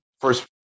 first